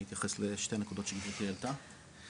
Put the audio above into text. אני אתייחס לשתי נקודות שרינת העלתה,